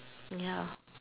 ya